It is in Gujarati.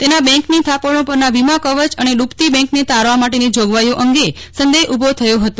તેનાં બેન્કની થાપણો પરના વીમાકવચ અને દ્રબતી બેન્કને તારવા માટેની જાગવાઇઓ અંગે સંદેહ ઉભી થયો હતો